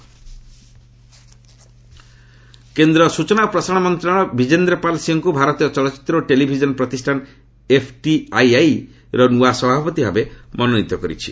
FTII କେନ୍ଦ୍ର ସୂଚନା ଓ ପ୍ରସାରଣ ମନ୍ତ୍ରଣାଳୟ ବ୍ରିଜେନ୍ଦ୍ରପାଲ୍ ସିଂହଙ୍କୁ ଭାରତୀୟ ଚଳଚ୍ଚିତ୍ର ଓ ଟେଲିଭିଜନ୍ ପ୍ରତିଷାନ ଏଫ୍ଟିଆଇଆଇର ନୂଆ ସଭାପତି ଭାବେ ମନୋନିତ କରିଛି